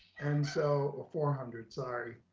and so ah four hundred, sorry,